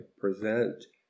present